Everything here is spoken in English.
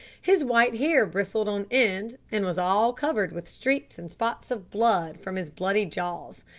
his white hair bristled on end and was all covered with streaks and spots of blood from his bloody jaws.